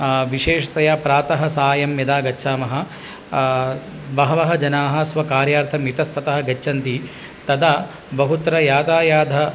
विशेषतया प्रातः सायं यदा गच्छामः बहवः जनाः स्वकार्यार्थम् इतस्ततः गच्छन्ति तदा बहुत्र यातायात